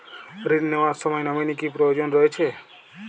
ঋণ নেওয়ার সময় নমিনি কি প্রয়োজন রয়েছে?